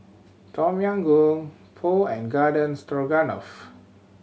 Tom Yam Goong Pho and Garden Stroganoff